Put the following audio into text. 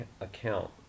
account